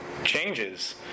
Changes